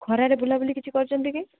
ଖରାରେ ବୁଲାବୁଲି କିଛି କରିଛନ୍ତି କି